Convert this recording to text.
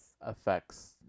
affects